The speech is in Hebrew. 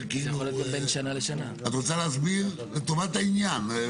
את רוצה להסביר לטובת העניין?